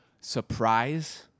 surprise